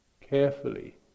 carefully